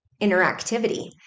interactivity